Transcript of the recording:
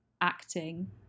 acting